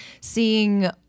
seeing